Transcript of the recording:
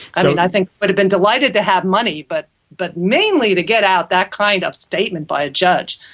i mean i think they would have been delighted to have money, but but mainly to get out that kind of statement by a judge.